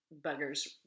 buggers